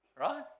right